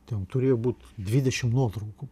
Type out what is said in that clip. ten turėjo būt dvidešimt nuotraukų